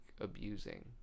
abusing